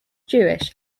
jewish